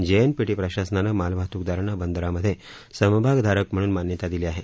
JNPT प्रशासनाने मालवाहतूकदारांना बंदरामध्ये समभागधारक म्हणून मान्यता दिली आहे